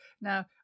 Now